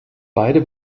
beide